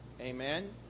Amen